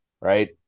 right